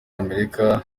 amerika